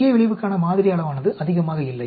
முக்கிய விளைவுக்கான மாதிரி அளவானது அதிகமாக இல்லை